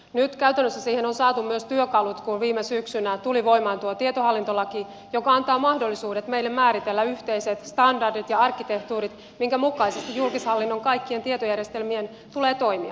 nyt käytännössä siihen on saatu myös työkalut kun viime syksynä tuli voimaan tietohallintolaki joka antaa mahdollisuudet meille määritellä yhteiset standardit ja arkkitehtuurit minkä mukaisesti julkishallinnon kaikkien tietojärjestelmien tulee toimia